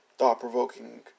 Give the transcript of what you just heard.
thought-provoking